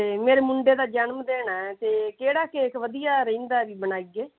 ਅਤੇ ਮੇਰੇ ਮੁੰਡੇ ਦਾ ਜਨਮ ਦਿਨ ਹੈ ਅਤੇ ਕਿਹੜਾ ਕੇਕ ਵਧੀਆ ਰਹਿੰਦਾ ਵੀ ਬਣਾਈਏ